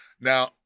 Now